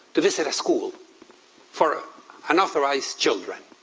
to visit a school for unauthorized children.